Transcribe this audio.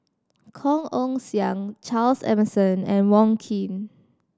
Kong Ong Siang Charles Emmerson and Wong Keen